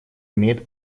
имеет